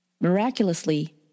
Miraculously